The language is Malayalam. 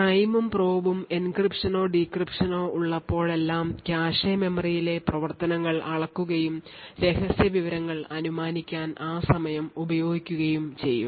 പ്രൈമും പ്രോബും എൻക്രിപ്ഷനോ ഡീക്രിപ്ഷനോ ഉള്ളപ്പോഴെല്ലാം കാഷെ മെമ്മറിയിലെ പ്രവർത്തനങ്ങൾ അളക്കുകയും രഹസ്യ വിവരങ്ങൾ അനുമാനിക്കാൻ ആ സമയം ഉപയോഗിക്കുകയും ചെയ്യും